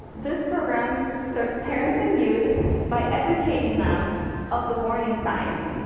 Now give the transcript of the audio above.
this program serves parents and youth by educating them of the warning signs,